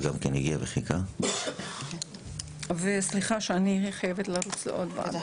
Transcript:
תודה וסליחה שאני חייבת לרוץ לעוד ועדה.